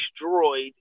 destroyed